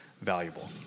valuable